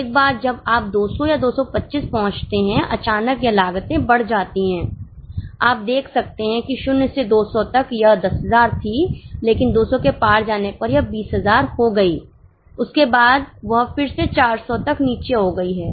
एक बार जब आप 200 या 225 पहुंचते हैं अचानक यह लागते बढ़ जाती हैं आप देख सकते हैं कि 0 से 200 तक यह 10000 थी लेकिन 200 के पार जाने पर यह 20000 हो गई उसके बाद वह फिर से 400 तक नीचे हो गई है